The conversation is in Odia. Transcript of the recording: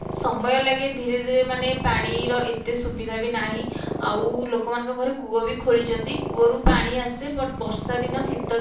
ସମୟ ଲାଗେ ଧୀରେ ଧୀରେ ମାନେ ପାଣିର ଏତେ ସୁବିଧା ବି ନାହିଁ ଆଉ ଲୋକମାନଙ୍କ ଘରେ କୂଅ ବି ଖୋଳିଛନ୍ତି କୂଅ ରୁ ପାଣି ଆସେ ବଟ୍ ବର୍ଷା ଦିନ ଶୀତ ଦିନ